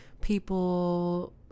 people